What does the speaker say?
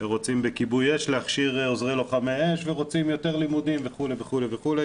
רוצים להכשיר בכיבוי אש עוזרי לוחמי אש ורוצים יותר לימודים וכו' וכו',